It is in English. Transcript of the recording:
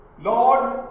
Lord